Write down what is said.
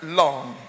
long